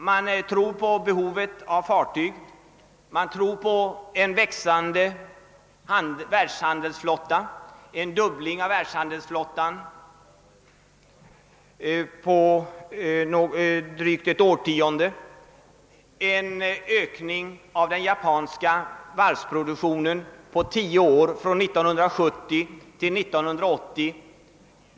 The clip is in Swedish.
Man tror där på en fördubbling av världshandelsflottan under ett drygt årtionde och på en ökning av den japanska varvsproduktionen med 100 procent från 1970 till 1980.